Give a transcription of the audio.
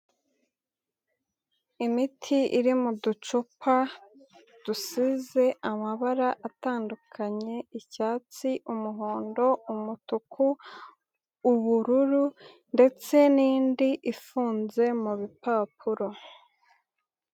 Imiti iri mu ducupa dusize amabara atandukanye, icyatsi, umuhondo, umutuku, ubururu ndetse n'indi ifunze mu bipapuro.